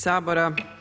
Sabora.